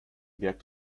wirkt